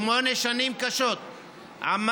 שמונה שנים קשות עמד,